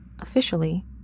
Officially